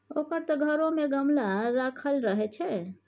ओकर त घरो मे गमला राखल रहय छै